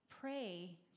pray